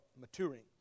maturing